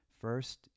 First